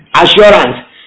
assurance